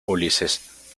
ulises